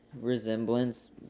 resemblance